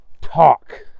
talk